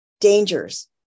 Dangers